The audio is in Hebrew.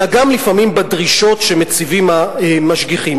אלא גם לפעמים הדרישות שמציבים המשגיחים.